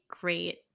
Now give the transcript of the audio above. great